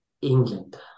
England